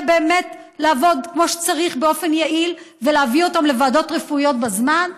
באמת לעבוד כמו שצריך באופן יעיל ולהביא אותם לוועדות רפואיות בזמן?